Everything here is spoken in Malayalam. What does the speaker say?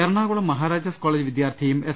എറണാകുളം മഹാരാജാസ് കോളേജ് വിദ്യാർഥിയും എസ്